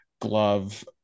glove